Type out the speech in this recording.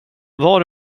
vad